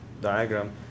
diagram